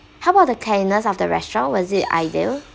how about the cleanliness of the restaurant was it ideal